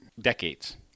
decades